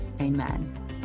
Amen